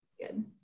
Good